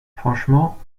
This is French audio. franchement